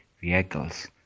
vehicles